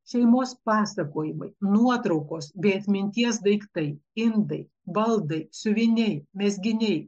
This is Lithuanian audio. šeimos pasakojimai nuotraukos bei atminties daiktai indai baldai siuviniai mezginiai